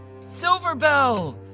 Silverbell